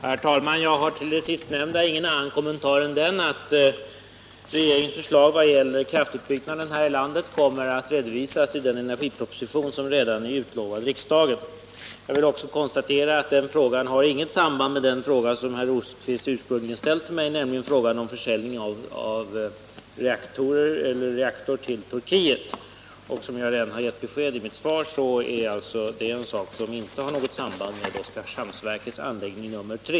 Herr talman! Jag har till det sistnämnda ingen annan kommentar än den att regeringens förslag vad gäller kraftsverksutbyggnad här i landet kommer att redovisas i den energiproposition som redan är utlovad till riksdagen. Jag vill också konstatera att den frågan inte har något samband med den fråga som herr Rosqvist ursprungligen ställde till mig, nämligen frågan om försäljning av en reaktor till Turkiet. Och som jag redan gett besked om i mitt svar är det en sak som inte har något samband med Oskarshamnsverkets aggregat 3.